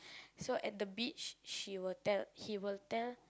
so at the beach she will tell he will tell